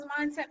mindset